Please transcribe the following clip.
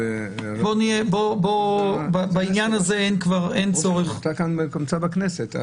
אתה נמצא בכנסת.